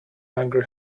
angry